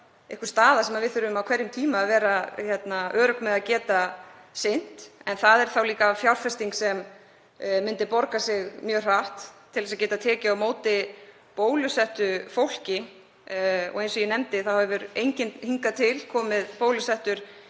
það er staða sem við þurfum á hverjum tíma að vera örugg um að geta sinnt. En það er þá líka fjárfesting sem myndi borga sig mjög hratt til að geta tekið á móti bólusettu fólki, og eins og ég nefndi hefur enginn hingað til komið bólusettur